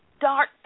dark